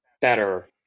better